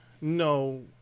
no